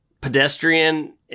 pedestrian